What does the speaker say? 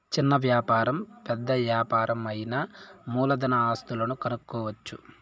చిన్న వ్యాపారం పెద్ద యాపారం అయినా మూలధన ఆస్తులను కనుక్కోవచ్చు